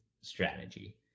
strategy